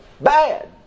bad